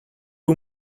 two